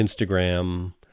Instagram